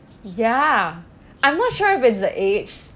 ya I'm not sure if it's the age